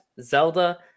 Zelda